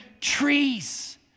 trees